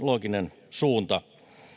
looginen suunta